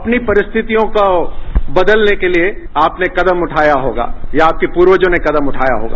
अपनी परिस्थितियों को बदलने के लिए आपने कदम उठाया होगा या आपके पूर्वजों ने कदम उठाया होगा